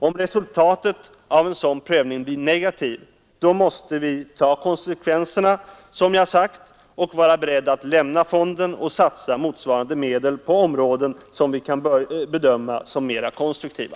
Om resultatet av en sådan prövning blir negativt, måste vi, som jag sagt, ta konsekvenserna och vara beredda att lämna fonden och satsa motsvarande medel på områden som vi kan bedöma som mera konstruktiva.